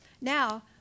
Now